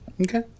Okay